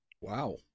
Wow